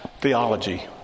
theology